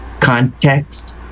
context